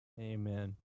Amen